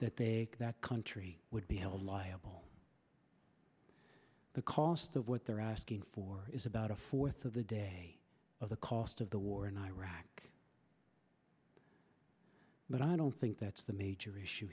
tortured that that country would be held liable for the cost of what they're asking for is about a fourth of the day of the cost of the war in iraq but i don't think that's the major issue